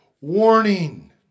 warning